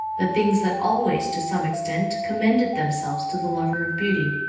the things that always, to some extent, commended themselves to the lover of beauty.